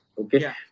okay